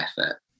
effort